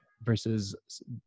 versus